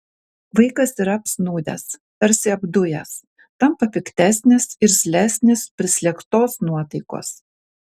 vaikas yra apsnūdęs tarsi apdujęs tampa piktesnis irzlesnis prislėgtos nuotaikos